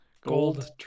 Gold